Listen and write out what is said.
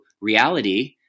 reality